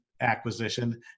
acquisition